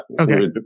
Okay